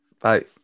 Bye